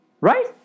Right